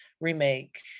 remake